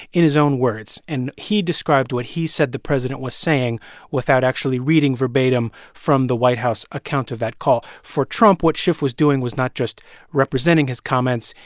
in his own words. and he described what he said the president was saying without actually reading verbatim from the white house account of that call. for trump, what schiff was doing was not just representing his comments,